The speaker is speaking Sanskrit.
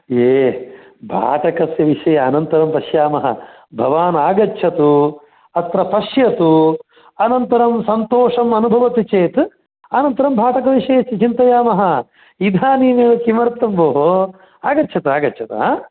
ए भाटकस्य विषये अनन्तरं पश्यामः भवान् आगच्छतु अत्र पश्यतु अनन्तरं सन्तोषम् अनुभवति चेत् अनन्तरं भाटकविषये चिन्तयामः इदानीमेव किमर्थं भोः आगच्छतु आगच्छतु हा